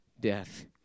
death